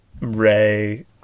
ray